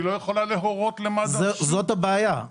היא לא יכולה להורות -- זאת הבעיה,